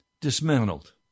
dismantled